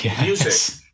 music